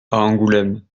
angoulême